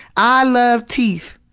i love teeth.